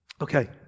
Okay